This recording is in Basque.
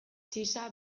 txiza